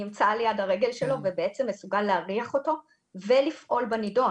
נמצא על יד הרגל שלו ובעצם מסוגל להריח אותו ולפעול בנידון.